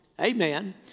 Amen